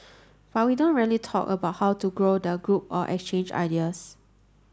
but we don't really talk about how to help grow the group or exchange ideas